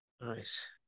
Nice